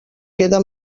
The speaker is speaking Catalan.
queda